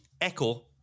echo